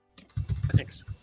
Thanks